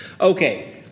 Okay